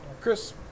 Chris